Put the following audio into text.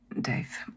Dave